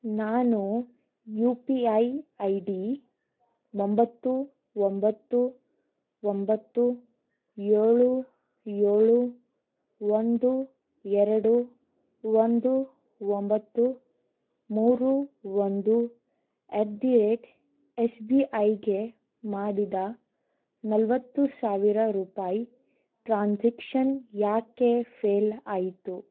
ನಾನು U P I I D ಒಂಬತ್ತು ಒಂಬತ್ತು ಒಂಬತ್ತು ಏಳು ಏಳು ಒಂದು ಎರಡು ಒಂದು ಒಂಬತ್ತು ಮೂರು ಒಂದು ಅಟ್ ದಿ ಏಟ್ ಎಸ್ ಬಿ ಐಗೆ ಮಾಡಿದ ನಲ್ವತ್ತು ಸಾವಿರ ರೂಪಾಯಿ ಟ್ರಾನ್ಸೆಕ್ಷನ್ ಯಾಕೆ ಫೇಲ್ ಆಯಿತು